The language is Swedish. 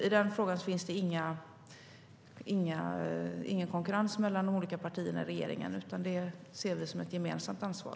I den frågan finns det ingen konkurrens mellan de olika partierna i regeringen, utan det ser vi som ett gemensamt ansvar.